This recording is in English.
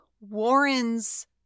Warren's